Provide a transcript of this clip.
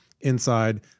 inside